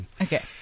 Okay